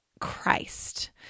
Christ